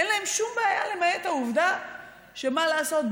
אין להם שום בעיה למעט העובדה שמה לעשות,